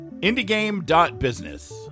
indiegame.business